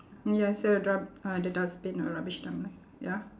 ya so you drop uh the dustbin or rubbish dump ya